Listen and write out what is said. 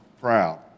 proud